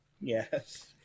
Yes